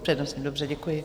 S přednostní, dobře, děkuji.